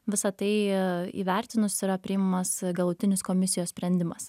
visa tai įvertinus yra priimamas galutinis komisijos sprendimas